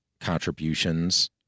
contributions